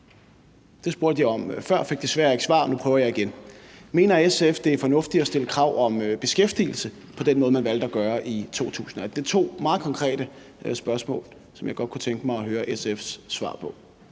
Det spurgte jeg om før og fik desværre ikke svar; nu prøver jeg igen. Mener SF, at det er fornuftigt at stille krav om beskæftigelse på den måde, man valgte at gøre det på i 2018? Det er to meget konkrete spørgsmål, som jeg godt kunne tænke mig at høre SF's svar på.